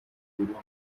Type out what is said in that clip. ruguru